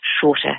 shorter